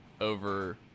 over